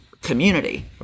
community